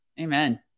Amen